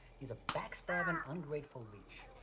he's a back-stabbing, ungrateful leech.